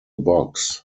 box